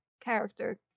character